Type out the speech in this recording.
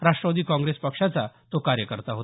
राष्टवादी काँग्रेस पक्षाचा तो कार्यकर्ता आहे